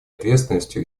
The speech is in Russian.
ответственностью